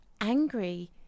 angry